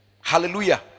Hallelujah